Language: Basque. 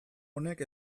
honek